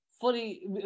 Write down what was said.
fully